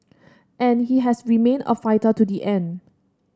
and he has remained a fighter to the end